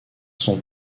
sont